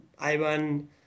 Ivan